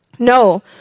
No